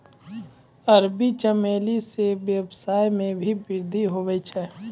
अरबी चमेली से वेवसाय मे भी वृद्धि हुवै छै